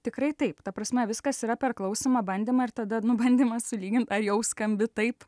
tikrai taip ta prasme viskas yra per klausymą bandymą ir tada nu bandymą sulygint ar jau skambi taip